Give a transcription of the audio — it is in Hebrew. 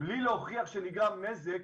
בלי להוכיח שנגרם נזק,